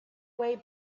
way